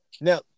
Now